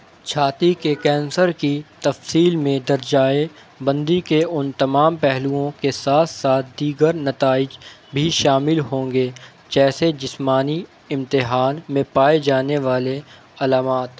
چھاتی کے کینسر کی تفصیل میں درجائے بندی کے ان تمام پہلوؤں کے ساتھ ساتھ دیگر نتائج بھی شامل ہوں گے جیسے جسمانی امتحان میں پائے جانے والے علامات